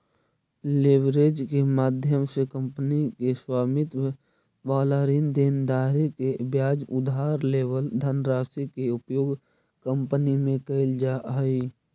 leverage के माध्यम से कंपनी के स्वामित्व वाला ऋण देनदारी के बजाय उधार लेवल धनराशि के उपयोग कंपनी में कैल जा हई